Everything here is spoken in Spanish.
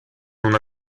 una